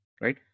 Right